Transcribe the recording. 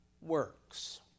works